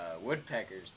woodpeckers